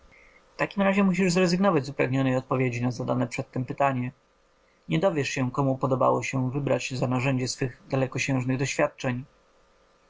w takim razie musisz zrezygnować z upragnionej odpowiedzi na zadane przedtem pytanie nie dowiesz się komu podobało się wybrać za narzędzie swych dalekonośnych doświadczeń